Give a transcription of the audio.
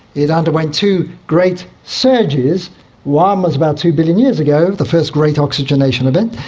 it underwent two great surges. one was about two billion years ago, the first great oxygenation event.